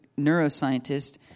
neuroscientist